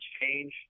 change